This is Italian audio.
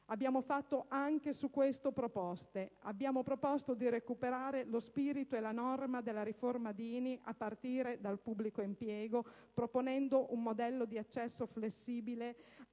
abbiamo avanzato proposte, come quella di recuperare lo spirito e la norma della riforma Dini a partire dal pubblico impiego, proponendo un modello di accesso flessibile